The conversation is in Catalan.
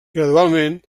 gradualment